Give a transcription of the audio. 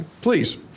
please